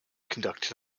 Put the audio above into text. conducted